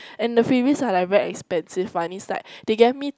and the freebies are like very expensive one is like they gave me